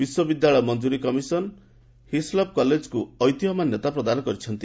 ବିଶ୍ୱବିଦ୍ୟାଳୟ ମଫ୍ଟୁରୀ commission Hislop କଲେଜକୁ ଐତିହ୍ୟ ମାନ୍ୟତା ପ୍ରଦାନ କରିଛନ୍ତି